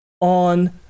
on